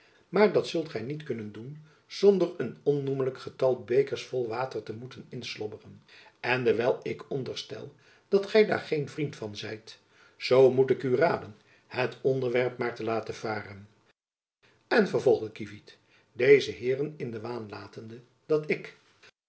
maar dat zult gy niet kunnen doen zonder jacob van lennep elizabeth musch een onnoemlijk getal bekers vol water te moeten inslobberen en dewijl ik onderstel dat gy daar geen vriend van zijt zoo moet ik u raden het onderwerp maar te laten varen en vervolgde kievit deze heeren in den waan te laten dat ik